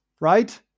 right